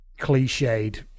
cliched